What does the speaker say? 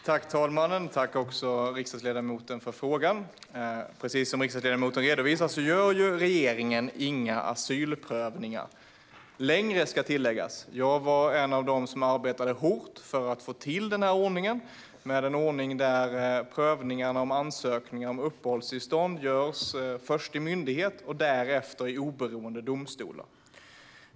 Herr talman! Jag vill tacka riksdagsledamoten för frågan. Precis som ledamoten redovisar gör regeringen inga asylprövningar - längre, ska tilläggas. Jag var en av dem som arbetade hårt för att få till denna ordning, som innebär att prövningar av ansökningar om uppehållstillstånd görs först i myndighet och därefter i oberoende domstolar.